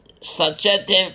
subjective